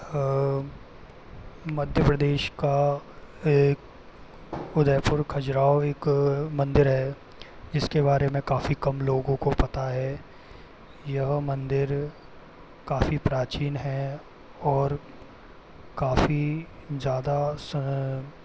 मध्य प्रदेश का एक उदयपुर खजुराहो एक मंदिर है जिसके बारे में काफ़ी कम लोगों को पता है यह मंदिर काफ़ी प्राचीन है और काफ़ी ज़्यादा